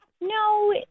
no